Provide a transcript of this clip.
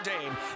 Dame